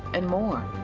and more.